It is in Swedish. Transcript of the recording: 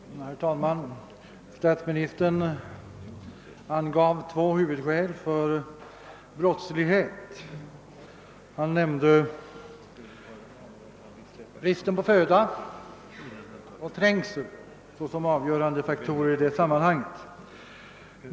Herr talman! Statsministern angav två huvudskäl för brottslighet. Han nämnde bristen på föda och trängsel såsom avgörande faktorer i sammanhanget.